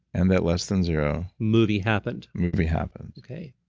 and that less than zero. movie happened. movie happened okay.